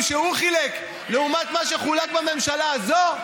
שהוא חילק לבין מה שחולק בממשלה הזאת?